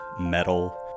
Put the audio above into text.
metal